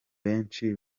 benshi